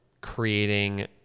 creating